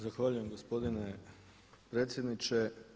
Zahvaljujem gospodine predsjedniče.